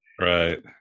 right